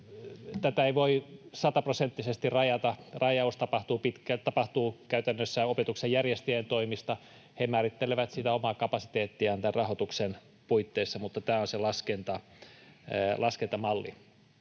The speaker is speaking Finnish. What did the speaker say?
tätä ei voi sataprosenttisesti rajata. Rajaus tapahtuu käytännössä opetuksen järjestäjien toimesta. He määrittelevät sitä omaa kapasiteettiaan tämän rahoituksen puitteissa, mutta tämä on se laskentamalli.